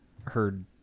heard